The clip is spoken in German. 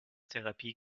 therapie